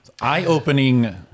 Eye-opening